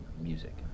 music